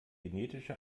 genetische